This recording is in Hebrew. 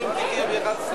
חברי חברי הכנסת,